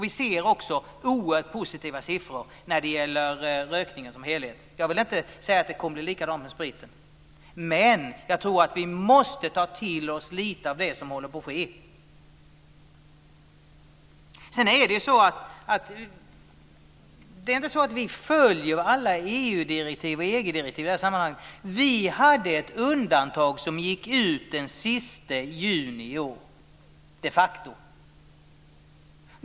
Vi ser också oerhört positiva siffror vad gäller rökningen i helhet. Jag vill inte säga att det kommer att bli likadant med spriten. Men jag tror att vi måste ta till oss lite av det som håller på att ske. Det är inte så att vi följer alla EU-direktiv och EG-direktiv i det här sammanhanget. Vi hade ett undantag som gick ut den sista juni i år, de facto.